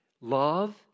love